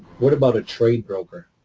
what about a trade broker?